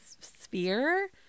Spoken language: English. sphere